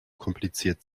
kompliziert